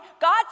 God